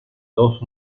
dos